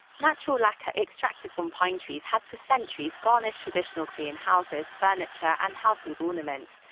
natural lacquer extracted from pine trees has, for centuries, garnished traditional korean houses, furniture and household ornaments,